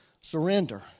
surrender